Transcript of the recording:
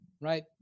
right